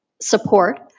support